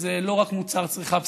שהיא לא רק מוצר צריכה בסיסי,